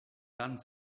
done